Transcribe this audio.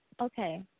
Okay